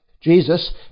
Jesus